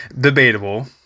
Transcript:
Debatable